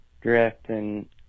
drafting